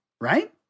right